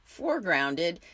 foregrounded